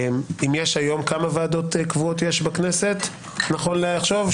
כמה ועדות קבועות יש בכנסת נכון לעכשיו?